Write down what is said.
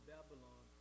Babylon